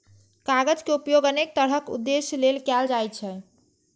कागज के उपयोग अनेक तरहक उद्देश्य लेल कैल जाइ छै